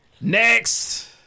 Next